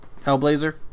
hellblazer